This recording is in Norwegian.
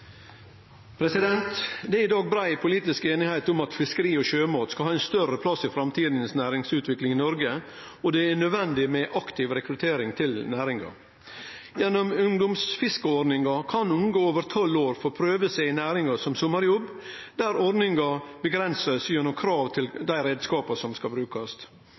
i dag brei politisk einigheit om at fiskeri og sjømat skal ha ein større plass i framtidas næringsutvikling i Noreg, og det er naudsynt med aktiv rekruttering til næringa. Gjennom ungdomsfiskeordninga kan unge over 12 år få prøve seg i næringa som sommarjobb. Ordninga er avgrensa gjennom krav til kva for reiskapar som skal brukast.